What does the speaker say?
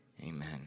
Amen